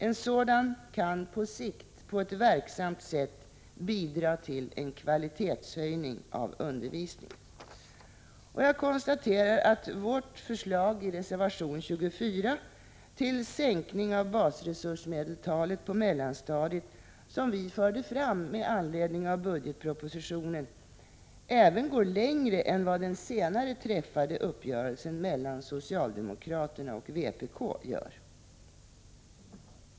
En sådan kan på sikt på ett verksamt sätt bidra till en kvalitetshöjning av undervisningen. Jag konstaterar att vårt förslag i reservation 24 till sänkning av basresursmedeltalet på mellanstadiet som vi förde fram med anledning av budgetpro Prot. 1986/87:109 positionen även går längre än vad den senare träffade uppgörelsen mellan socialdemokraterna och vpk gör.